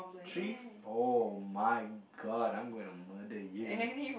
thrift [oh]-my-god I'm going to murder you